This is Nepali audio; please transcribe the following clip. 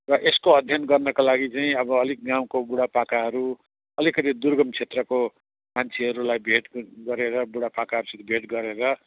र यसको अध्ययन गर्नका लागि चाहिँ अब अलिक गाउँको बुढापाकाहरू अलिकति दुर्गम क्षेत्रको मान्छेहरूलाई भेट्नु गरेर बुढापाकाहरूसित भेट गरेर